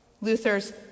Luther's